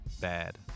bad